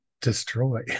destroy